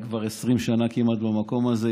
היא כבר כמעט 20 שנה במקום הזה,